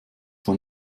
man